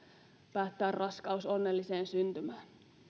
päättää raskaus onnelliseen syntymään